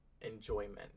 enjoyment